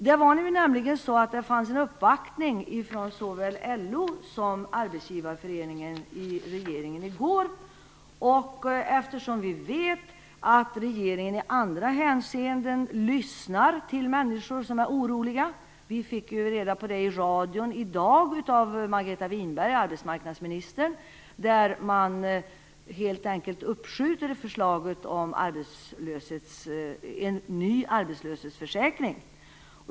Det var nämligen en uppvaktning från såväl LO som Arbetsgivareföreningen hos regeringen i går. Vi vet att regeringen i andra hänseenden lyssnar till människor som är oroliga. Vi fick reda på det i radion i dag av arbetsmarknadsminister Margareta Winberg. Man uppskjuter helt enkelt förslaget om en ny arbetslöshetsförsäkring.